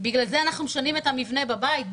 בגלל זה אנחנו משנים את המבנה בבית.